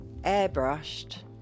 airbrushed